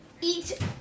eat